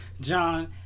John